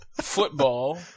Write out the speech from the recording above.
Football